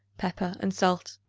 pepper and salt.